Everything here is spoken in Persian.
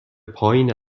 پایین